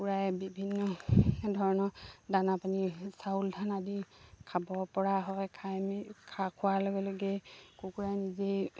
কুকুৰাই বিভিন্ন ধৰণৰ দানা পানী চাউল ধান আদি খাব পৰা হয় খাই মেলি খা খোৱাৰ লগে লগেই কুকুৰাই নিজেই